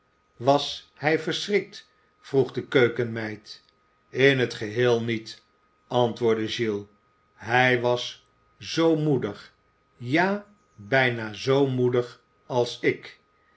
was hij verschrikt vroeg de keukenmeid in het geheel niet antwoordde giles hij was zoo moedig ja bijna zoo moedig als ik